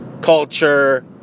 culture